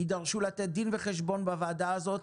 ידרשו לתת דין וחשבון בוועדה הזאת